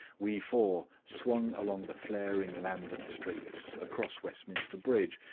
we four swung along the flaring lambeth streets, across westminster bridge,